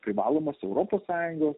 privalomos europos sąjungos